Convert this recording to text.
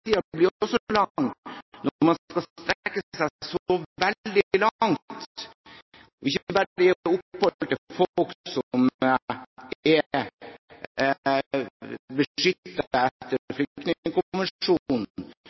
Saksbehandlingstiden blir også lang når man skal strekke seg veldig langt, og ikke bare gi opphold til folk som er beskyttet